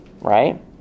right